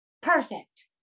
Perfect